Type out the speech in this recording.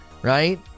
right